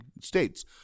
states